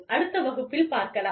அடுத்த வகுப்பில் பார்க்கலாம்